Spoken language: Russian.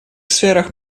сферах